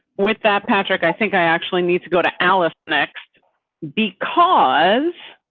with that patrick i think i actually need to go to alice next because